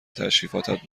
تشریفاتت